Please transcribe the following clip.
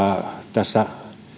tässä